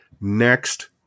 next